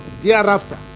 thereafter